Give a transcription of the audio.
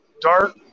Dark